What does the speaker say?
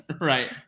Right